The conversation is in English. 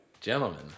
gentlemen